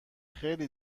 خیلی